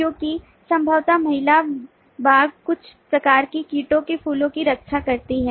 क्योंकि संभवतः महिला बग कुछ प्रकार के कीटों से फूलों की रक्षा करती हैं